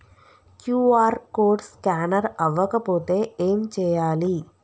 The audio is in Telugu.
క్యూ.ఆర్ కోడ్ స్కానర్ అవ్వకపోతే ఏం చేయాలి?